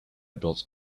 built